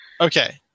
Okay